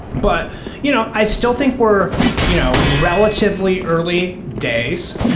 but you know i still think we're you know relatively early days,